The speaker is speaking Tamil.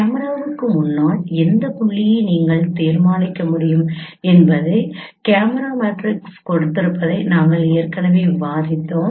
கேமராவுக்கு முன்னால் எந்த புள்ளியை நீங்கள் தீர்மானிக்க முடியும் என்பதை கேமரா மேட்ரிக்ஸ் கொடுத்திருப்பதை நாங்கள் ஏற்கனவே விவாதித்தோம்